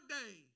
day